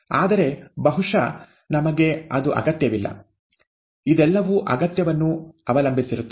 ಆದರೆ ಬಹುಶಃ ನಮಗೆ ಅದು ಅಗತ್ಯವಿಲ್ಲ ಇದೆಲ್ಲವೂ ಅಗತ್ಯವನ್ನು ಅವಲಂಬಿಸಿರುತ್ತದೆ